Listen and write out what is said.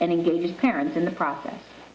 and engage parents in the process